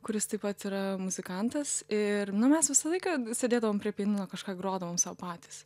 kuris taip pat yra muzikantas ir nu mes visą laiką sėdėdavom prie pianino kažką grodavom sau patys